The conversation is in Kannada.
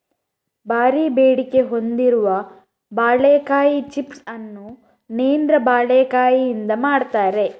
ಭಾರೀ ಬೇಡಿಕೆ ಹೊಂದಿರುವ ಬಾಳೆಕಾಯಿ ಚಿಪ್ಸ್ ಅನ್ನು ನೇಂದ್ರ ಬಾಳೆಕಾಯಿಯಿಂದ ಮಾಡ್ತಾರೆ